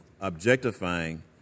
objectifying